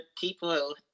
people